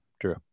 True